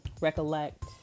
recollect